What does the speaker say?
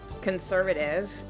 conservative